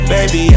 Baby